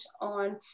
on